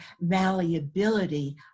malleability